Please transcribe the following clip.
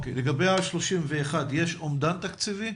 לגבי ה-31 יש אומדן תקציבי?